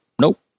nope